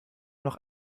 noch